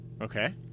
Okay